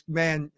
man